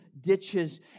ditches